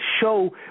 show